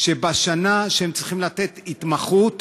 שבשנה שהם צריכים להתמחות